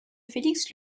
félix